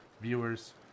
viewers